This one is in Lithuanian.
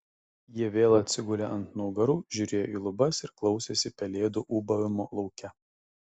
jie vėl atsigulė ant nugarų žiūrėjo į lubas ir klausėsi pelėdų ūbavimo lauke